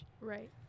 Right